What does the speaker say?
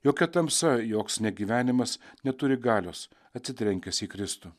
jokia tamsa joks negyvenimas neturi galios atsitrenkęs į kristų